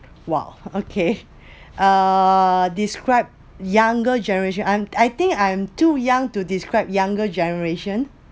!wah! okay uh described younger generation I'm I think I'm too young to describe younger generation